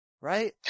Right